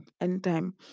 anytime